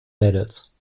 mädels